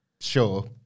sure